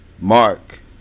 Mark